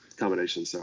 combination. so